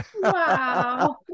Wow